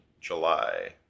July